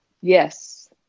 Yes